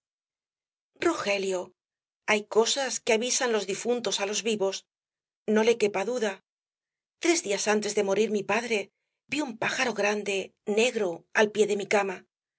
rogelio hay cosas que avisan los difuntos á los vivos no le quepa duda tres días antes de morir mi padre vi un pájaro grande negro al pié de mi cama